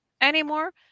anymore